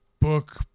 book